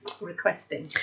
requesting